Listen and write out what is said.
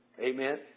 Amen